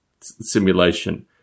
simulation